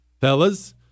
Fellas